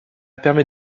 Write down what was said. permet